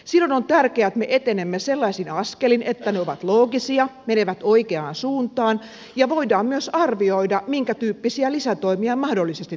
silloin on tärkeää että me etenemme sellaisin askelin että ne ovat loogisia menevät oikeaan suuntaan ja voidaan myös arvioida minkä tyyppisiä lisätoimia mahdollisesti tarvitaan